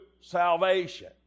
salvation